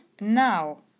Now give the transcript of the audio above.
Now